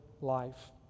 life